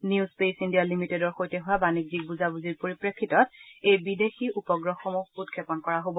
new Space India লিমিটেডৰ সৈতে হোৱা বাণিজ্যিক বুজাবুজিৰ পৰিপ্ৰেক্ষিতত এই বিদেশ উপগ্ৰহসমূহ উৎক্ষেপন কৰা হ'ব